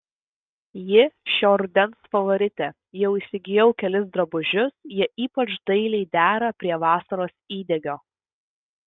ji šio rudens favoritė jau įsigijau kelis drabužius jie ypač dailiai dera prie vasaros įdegio